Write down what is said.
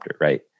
right